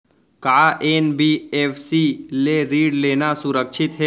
का एन.बी.एफ.सी ले ऋण लेना सुरक्षित हे?